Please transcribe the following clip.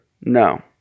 No